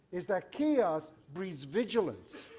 is that chaos breeds vigilance.